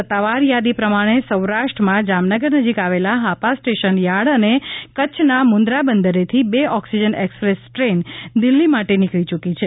સત્તાવાર યાદી પ્રમાણે સૌરાષ્ટ્રમાં જામનગર નજીક આવેલા હાપા સ્ટેશન યાર્ડ અને કચ્છના મુંદ્રા બંદરેથી બે ઓક્સીજન એક્સપ્રેસ ટ્રેન દિલ્લી માટે નીકળી યૂકી છે